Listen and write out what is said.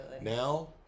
Now